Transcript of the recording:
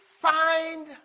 find